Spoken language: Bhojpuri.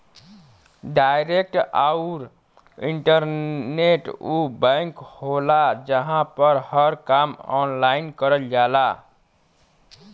डायरेक्ट आउर इंटरनेट उ बैंक होला जहां पर हर काम ऑनलाइन करल जाला